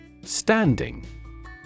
Standing